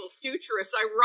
futurist